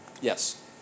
Yes